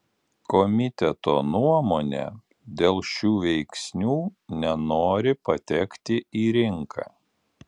komiteto nuomone dėl šių veiksnių nenori patekti į rinką